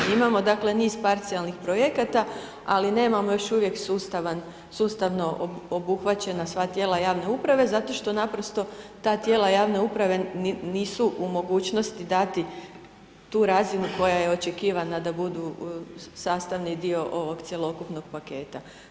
Imamo dakle niz parcijalnih projekata ali nemamo još uvijek sustavno obuhvaćena sva tijela javne uprave zato što naprosto ta tijela javne uprave nisu u mogućnosti dati tu razinu koja je očekivana da budu sastavni dio ovog cjelokupnog paketa.